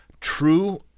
true